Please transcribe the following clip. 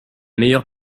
meilleure